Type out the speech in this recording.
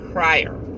Prior